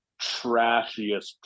trashiest